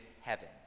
heaven